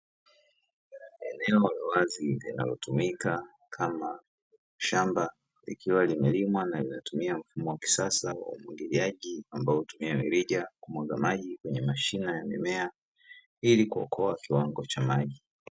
Eneo la wazi linalotumika kama shamba, likiwa limelimwa na linatumia mfumo wa kisasa wa umwagiliaji ambao hutumia mirija kumwaga maji kwenye mashina ya mimea ili kuokoa kiwango cha maji.